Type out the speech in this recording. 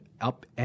up